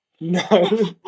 no